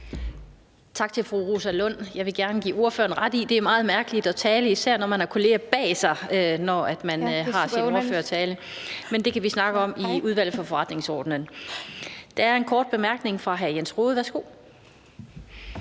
Tak til fru Rosa Lund. Jeg vil gerne give ordføreren ret i, at det er meget mærkeligt at tale, når man har sine kolleger bag sig under ordførertalen. Men det kan vi snakke om i Udvalget for Forretningsordenen. Der er en kort bemærkning fra hr. Jens Rohde. Værsgo.